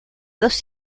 dos